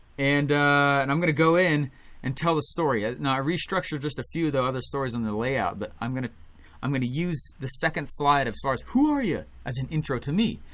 and and i'm gonna go in and tell the story. ah now i restructured just a few of the other stories in the layout but i'm gonna i'm gonna use the second slide as far as who are ya as an intro to me.